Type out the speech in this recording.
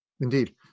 Indeed